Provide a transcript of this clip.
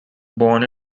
born